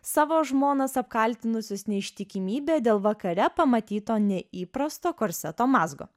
savo žmonas apkaltinusius neištikimybe dėl vakare pamatyto neįprasto korseto mazgo